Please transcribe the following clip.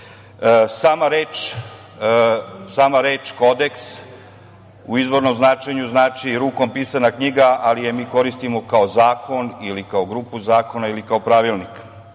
reč „kodeks“ u izvornom značenju znači rukom pisana knjiga, ali je mi koristimo kao zakon ili kao grupu zakona ili kao pravilnik. Samim